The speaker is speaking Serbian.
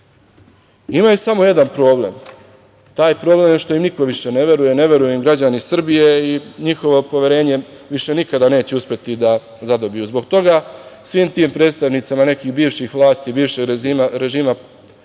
Imaju samo jedan problem. Taj problem je što im niko više ne veruje, ne veruju im građani Srbije i njihovo poverenje više nikada neće uspeti da zadobiju. Zbog toga, svim tim predstavnicima bivše vlasti i bivšeg režima